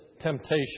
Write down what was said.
temptation